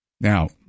Now